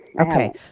Okay